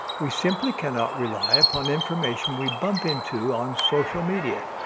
we simply cannot rely upon information we bump into on social media.